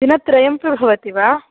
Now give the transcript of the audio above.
दिनत्रयं प्रभवति वा